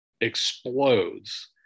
explodes